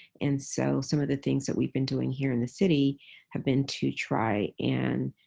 and so some of the things that we've been doing here in the city have been to try and